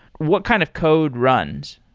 what kind of code runs?